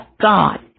God